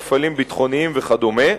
מפעלים ביטחוניים וכדומה,